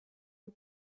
and